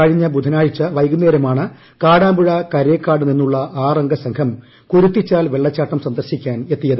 കഴിഞ്ഞ ബുധനാഴ്ച വൈകുന്നേരമാണ് കാടാമ്പുഴ കരേക്കാടുനിന്നുള്ള ആറംഗസംഘം കുരുത്തിച്ചാൽ വെള്ളച്ചാട്ടം സന്ദർശിക്കാൻ എത്തിയത്